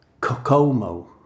Kokomo